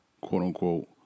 quote-unquote